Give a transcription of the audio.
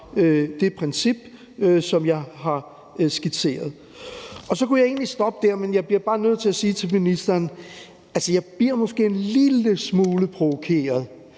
ud fra det princip, som jeg har skitseret. Så kunne jeg egentlig stoppe der, men jeg bliver bare nødt til at sige til ministeren, at jeg måske bliver en lille smule provokeret,